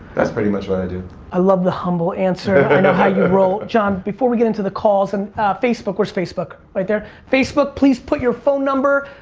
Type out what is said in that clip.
that's pretty much what i do. i love the humble answer. i know how you roll. john, before we get into the calls, and facebook, where's facebook? right there? facebook please put your phone number.